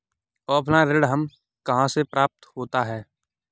Offline ऋण हमें कहां से प्राप्त होता है?